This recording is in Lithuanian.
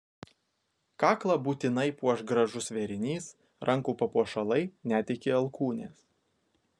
kaklą būtinai puoš gražus vėrinys rankų papuošalai net iki alkūnės